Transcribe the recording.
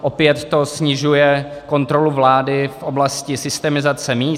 Opět to snižuje kontrolu vlády v oblasti systematizace míst.